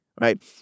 right